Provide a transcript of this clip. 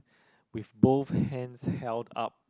with both hands held up